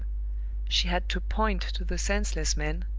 she had to point to the senseless man,